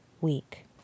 week